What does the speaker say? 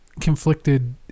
conflicted